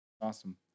Awesome